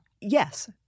Yes